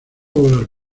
volar